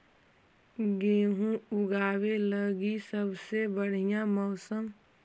गेहूँ ऊगवे लगी सबसे बढ़िया मौसम?